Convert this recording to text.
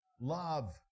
Love